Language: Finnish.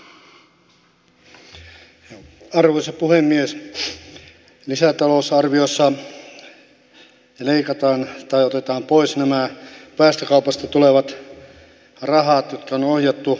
lisätalousarviossa leikataan tai otetaan pois päästökaupasta tulevat rahat jotka on ohjattu kehitysapuun